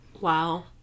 Wow